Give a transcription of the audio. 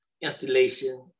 installation